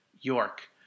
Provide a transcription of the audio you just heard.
York